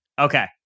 Okay